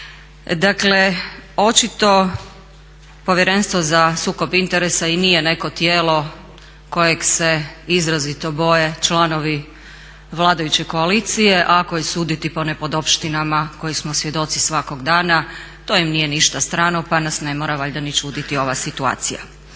Dakle, očito Povjerenstvo za sukob interesa i nije neko tijelo kojeg se izrazito boje članovi vladajuće koalicije, a ako je suditi po nepodopštinama kojih smo svjedoci svakog dana to im nije ništa strano, pa nas ne mora valjda ni čuditi ova situacija.